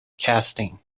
casting